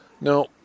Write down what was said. No